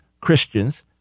Christians